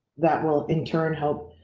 that will in turn, help,